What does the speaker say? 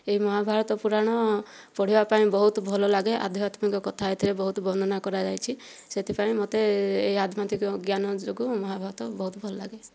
ଏହି ମହାଭାରତ ପୁରାଣ ପଢ଼ିବା ପାଇଁ ବହୁତ ଭଲଲାଗେ ଆଧ୍ୟାତ୍ମିକ କଥା ଏଥିରେ ବହୁତ ବର୍ଣ୍ଣନା କରାଯାଇଛି ସେଥିପାଇଁ ମୋତେ ଏ ଆଧ୍ୟାତ୍ମିକ ଜ୍ଞାନ ଯୋଗୁଁ ମହାଭାରତ ବହୁତ ଭଲଲାଗେ